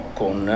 con